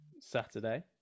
Saturday